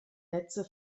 netze